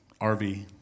RV